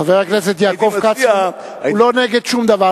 חבר הכנסת יעקב כץ הוא לא נגד שום דבר,